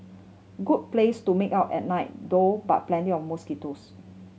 good place to make out at night though but plenty of mosquitoes